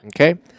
Okay